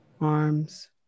arms